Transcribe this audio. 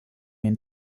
den